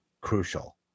crucial